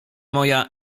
moja